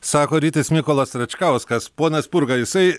sako rytis mykolas račkauskas pone spurga jisai